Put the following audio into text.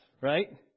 right